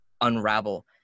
unravel